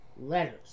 letters